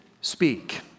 speak